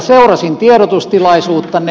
seurasin tiedotustilaisuuttanne